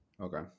Okay